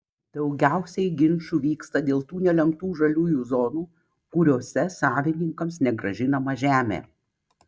daugiausiai ginčų vyksta dėl tų nelemtų žaliųjų zonų kuriose savininkams negrąžinama žemė